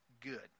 good